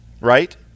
right